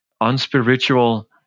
unspiritual